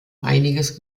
einiges